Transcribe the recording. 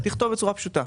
תכתוב בצורה פשוטה.